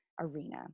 arena